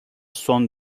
son